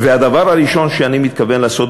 והדבר הראשון שאני מתכוון לעשות,